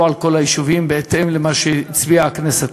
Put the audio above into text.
על כל היישובים בהתאם למה שהצביעה הכנסת.